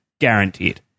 Guaranteed